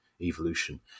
evolution